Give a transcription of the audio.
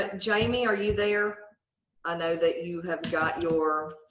ah jamie, are you there i know that you have got your.